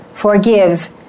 forgive